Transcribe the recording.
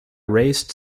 raised